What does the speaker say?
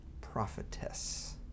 prophetess